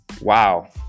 wow